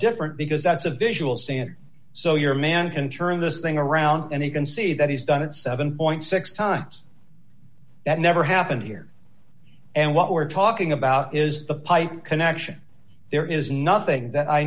different because that's a visual scene so your man can turn this thing around and you can see that he's done it seven point six times that never happened here and what we're talking about is the pipe connection there is nothing that i